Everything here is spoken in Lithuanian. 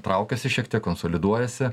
traukiasi šiek tiek konsoliduojasi